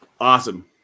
awesome